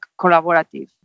collaborative